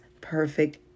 perfect